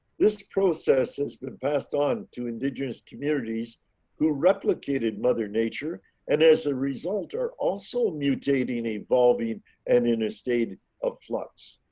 this process has been passed on to indigenous communities who replicated mother nature and as a result, are also mutating evolving and in a state of flux